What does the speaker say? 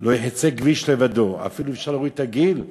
לא יחצה כביש לבדו, אפילו אפשר להוריד את הגיל,